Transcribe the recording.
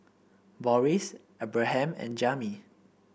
Boris Abraham and Jami